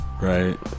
Right